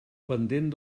pendent